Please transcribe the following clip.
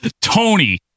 Tony